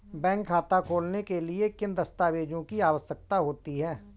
Bank खाता खोलने के लिए किन दस्तावेजों की आवश्यकता होती है?